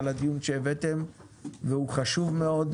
על הדיון שהבאתם והוא חשוב מאוד,